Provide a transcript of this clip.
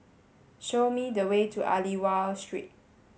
show me the way to Aliwal Street